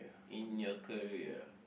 in your career